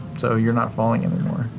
so you're not falling anymore.